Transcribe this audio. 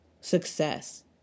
success